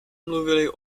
mluvili